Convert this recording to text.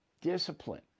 discipline